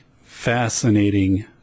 fascinating